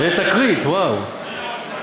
תהיה תקרית, וואו.